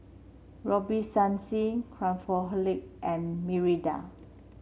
Robitussin Craftholic and Mirinda